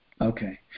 Okay